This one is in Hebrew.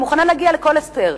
היא מוכנה להגיע לכל הסדר,